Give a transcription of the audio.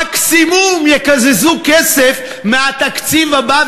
מקסימום יקזזו כסף מהתקציב הבא,